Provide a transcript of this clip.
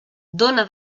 dona